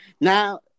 now